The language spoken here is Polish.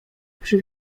przy